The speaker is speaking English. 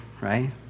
right